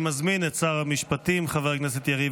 אני מזמין את שר המשפטים חבר הכנסת יריב